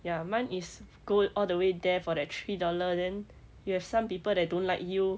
ya mine is go all the way there for that three dollar then you have some people that don't like you